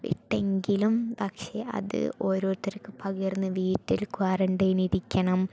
ഇട്ടെങ്കിലും പക്ഷേ അത് ഓരോരുത്തർക്കും പകർന്ന് വീട്ടിൽ ക്വാറൻൻ്റൈൻ ഇരിക്കണം